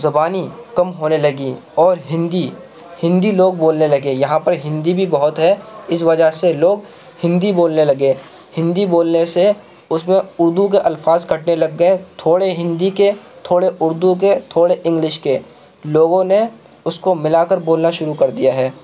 زبانی کم ہونے لگی اور ہندی ہندی لوگ بولنے لگے یہاں پر ہندی بھی بہت ہے اس وجہ سے لوگ ہندی بولنے لگے ہندی بولنے سے اس میں اردو کے الفاظ کٹنے لگ گئے تھوڑے ہندی کے تھوڑے اردو کے تھوڑے انگلش کے لوگوں نے اس كو ملا کر بولنا شروع كردیا ہے